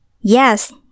Yes